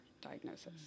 diagnosis